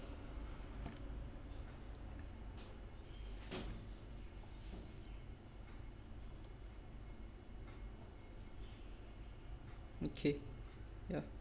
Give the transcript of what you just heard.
okay ya